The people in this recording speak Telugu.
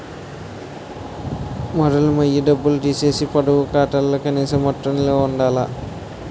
మొదలు మొయ్య డబ్బులు తీసీకు పొదుపు ఖాతాలో కనీస మొత్తం నిలవ ఉండాల